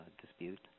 dispute